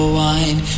wine